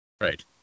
Right